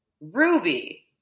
Ruby